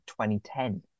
2010